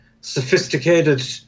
sophisticated